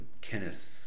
Kenneth